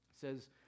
says